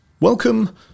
Welcome